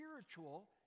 spiritual